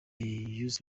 use